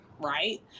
right